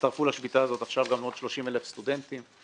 עכשיו הצטרפו לשביתה הזאת גם עוד 30,000 סטודנטים.